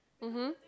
mmhmm